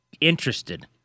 interested